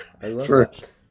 first